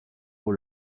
pour